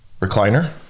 recliner